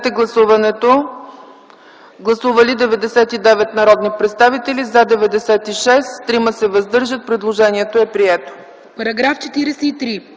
Параграф 21.